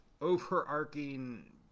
overarching